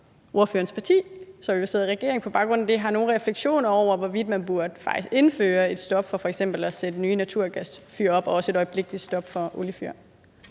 ordførerens parti, som jo sidder i regering, på baggrund af det har nogle refleksioner over, hvorvidt man faktisk burde indføre et stop for at sætte nye naturgasfyr op og også et øjeblikkeligt stop for oliefyr.